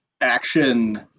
action